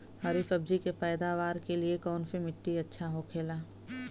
हरी सब्जी के पैदावार के लिए कौन सी मिट्टी अच्छा होखेला?